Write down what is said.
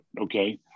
Okay